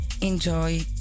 enjoy